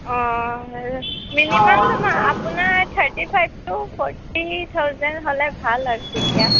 অঁ মিনিমাম আপোনাৰ thirty five to forty thousand হ'লে ভাল আৰু তেতিয়া